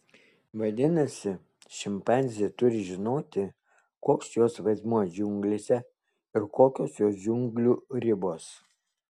vadinasi šimpanzė turi žinoti koks jos vaidmuo džiunglėse ir kokios jos džiunglių ribos